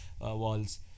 walls